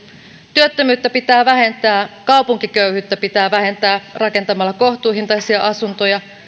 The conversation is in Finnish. työttömyyttä pitää vähentää kaupunkiköyhyyttä pitää vähentää rakentamalla kohtuhintaisia asuntoja